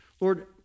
Lord